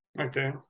Okay